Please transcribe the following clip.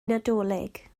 nadolig